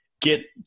get